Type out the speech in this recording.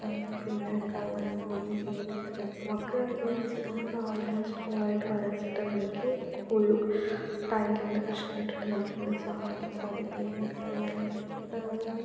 പിന്നെ കള്ളനും പോലീസും കളിക്കുക അതൊക്കെ വക്ക് കളിക്കുന്നത് വെച്ചാൽ നമ്മൾ നാലഞ്ചു കോളായിട്ട് വരച്ചിട്ടതിലേക്ക് ഒരു ടൈലിൻ്റെ കഷ്ണമിട്ടിട്ട് നമ്മളിങ്ങനെ ചാടിച്ചാടി കളിക്കുന്ന കളിയാണ്